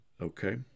Okay